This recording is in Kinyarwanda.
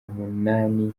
umunani